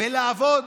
ולעבוד